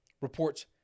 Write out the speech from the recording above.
reports